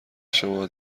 شما